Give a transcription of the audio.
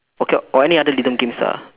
okay or any other rhythm games ah